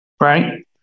right